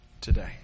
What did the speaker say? today